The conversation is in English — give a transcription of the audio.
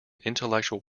intellectual